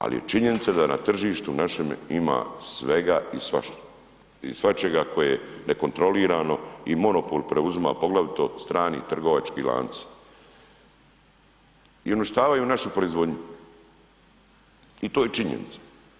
Al je činjenica da na tržištu našem ima svega i svašta i svačega koje nekontrolirano i monopol preuzima, poglavito strani trgovački lanci i uništavaju našu proizvodnju i to je činjenica.